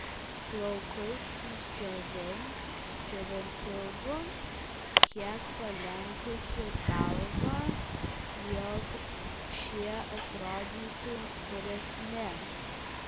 plaukus išdžiovink džiovintuvu kiek palenkusi galvą jog šie atrodytų puresni